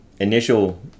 initial